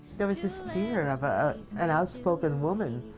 there was this fear of a and outspoken woman,